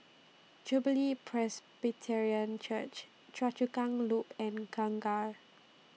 Jubilee Presbyterian Church Choa Chu Kang Loop and Kangkar